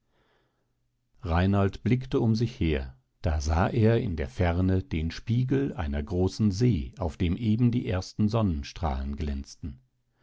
reinald blickte um sich her da sah er in der ferne den spiegel einer großen see auf dem eben die ersten sonnenstrahlen glänzten